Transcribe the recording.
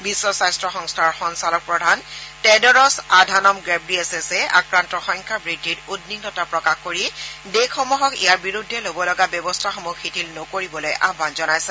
বিধ স্বাস্থ্য সংস্থাৰ সঞ্চালকপ্ৰধান টেডৰচ আধানম গেৱিয়েছেছে আক্ৰান্তৰ সংখ্যা বুদ্ধিত উদ্ধিন্নতা প্ৰকাশ কৰি দেশসমহক ইয়াৰ বিৰুদ্ধে লব লগা ব্যৱস্থাসমূহ শিথিল নকৰিবলৈ আয়ন জনাইছে